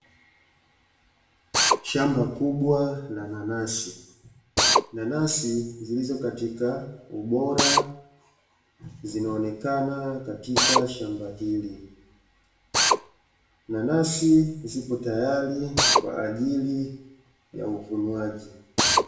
Shamba kubwa la nanasi. Nanasi zilizo katika ubora zinaonekana katika shamba hili. Nanasi ziko tayari kwa ajili ya uvunwaji.